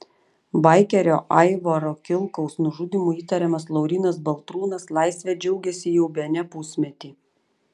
baikerio aivaro kilkaus nužudymu įtariamas laurynas baltrūnas laisve džiaugiasi jau bene pusmetį